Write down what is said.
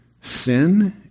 sin